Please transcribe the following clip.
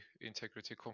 integrity